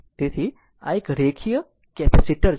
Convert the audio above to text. તેથી તે એક રેખીય કેપેસિટર છે